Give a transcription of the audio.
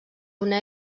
una